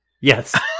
Yes